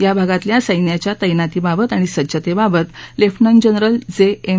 या भागातल्या सैन्याच्या तैनातीबाबत आणि सज्जतस्त्वित लष्टिनंट जनरल ज रिम